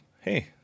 hey